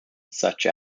such